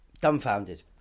Dumbfounded